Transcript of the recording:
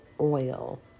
oil